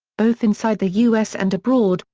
both inside the u s. and abroad,